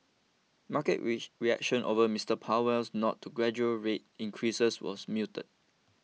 market which reaction over Mister Powell's nod to gradual rate increases was muted